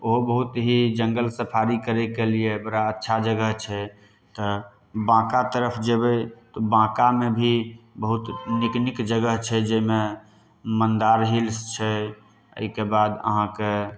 ओहो बहुत ही जंगल सफारी करै के लिए बड़ा अच्छा जगह छै तऽ बाँका तरफ जेबै तऽ बाँकामे भी बहुत नीक नीक जगह छै जाहिमे मन्दार हिल्स छै एहिके बाद अहाँके